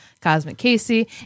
CosmicCasey